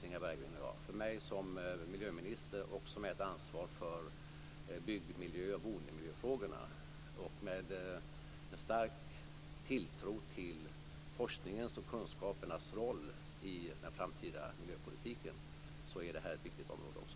Detta är också ett viktigt område för mig som miljöminister och ansvarig för byggmiljö och boendemiljöfrågorna - med en stark tilltro till forskningens och kunskapernas roll i den framtida miljöpolitiken.